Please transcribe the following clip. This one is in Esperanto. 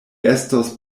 estos